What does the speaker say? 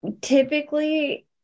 typically